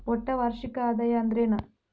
ಒಟ್ಟ ವಾರ್ಷಿಕ ಆದಾಯ ಅಂದ್ರೆನ?